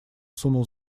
сунул